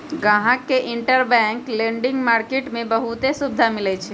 गाहक के interbank lending market में बहुते सुविधा मिलई छई